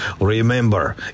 Remember